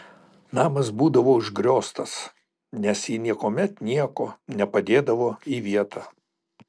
namas būdavo užgrioztas nes ji niekuomet nieko nepadėdavo į vietą